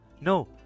No